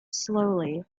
slowly